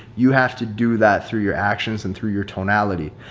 you have to do that through your actions and through your tonality.